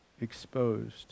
exposed